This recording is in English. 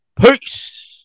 peace